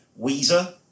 Weezer